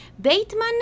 Bateman